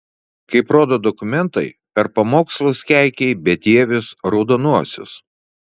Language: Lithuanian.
kaip rodo dokumentai per pamokslus keikei bedievius raudonuosius